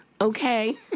Okay